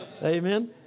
Amen